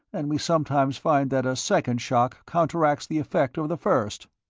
and we sometimes find that a second shock counteracts the effect of the first.